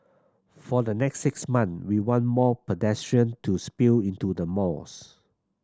for the next six months we want more pedestrian to spill into the malls